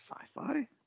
sci-fi